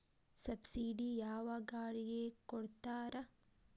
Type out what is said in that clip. Subsidy ಯಾವ ಗಾಡಿಗೆ ಕೊಡ್ತಾರ?